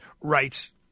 rights